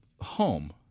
home